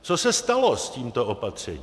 Co se stalo s tímto opatřením?